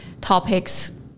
topics